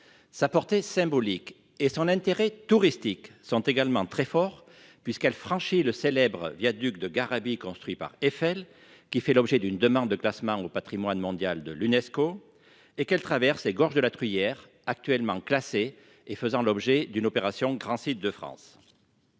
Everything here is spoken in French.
sa portée symbolique et son intérêt touristique sont également très fort puisqu'elle franchit le célèbre viaduc de Garabit construit par Eiffel qui fait l'objet d'une demande de classement au Patrimoine mondial de l'UNESCO et qu'elle traverse les gorges de la hier actuellement classé et faisant l'objet d'une opération grand site de France.